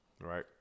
right